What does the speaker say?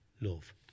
Love